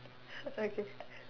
okay